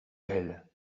belle